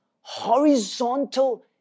horizontal